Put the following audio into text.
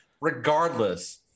regardless